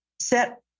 set